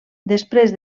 després